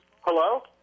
Hello